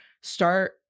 start